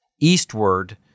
eastward